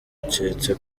baketse